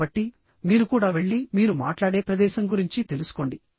కాబట్టి మీరు కూడా వెళ్లి మీరు మాట్లాడే ప్రదేశం గురించి తెలుసుకోండి